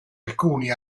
alcuni